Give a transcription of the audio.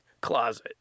closet